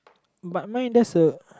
but mine just a